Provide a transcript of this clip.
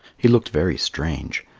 he looked very strange.